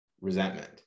resentment